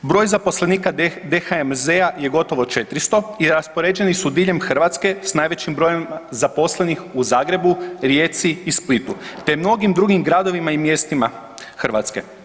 Broj zaposlenika DHMZ-a je gotovo 400 i raspoređeni su diljem Hrvatske s najvećim brojem zaposlenih u Zagrebu, Rijeci i Splitu te mnogih drugim gradovima i mjestima Hrvatske.